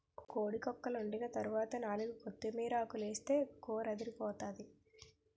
కోడి కక్కలోండిన తరవాత నాలుగు కొత్తిమీరాకులేస్తే కూరదిరిపోతాది